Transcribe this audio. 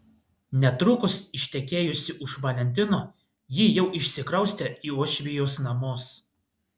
netrukus ištekėjusi už valentino ji jau išsikraustė į uošvijos namus